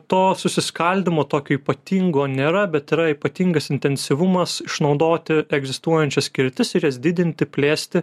to susiskaldymo tokio ypatingo nėra bet yra ypatingas intensyvumas išnaudoti egzistuojančias skirtis ir jas didinti plėsti